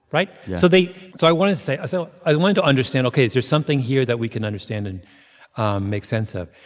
right? yeah so they so i wanted to say so i wanted to understand, ok, is there something here that we can understand and make sense of?